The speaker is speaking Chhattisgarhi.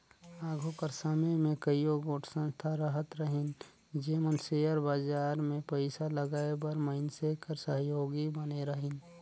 आघु कर समे में कइयो गोट संस्था रहत रहिन जेमन सेयर बजार में पइसा लगाए बर मइनसे कर सहयोगी बने रहिन